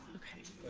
okay,